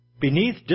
Beneath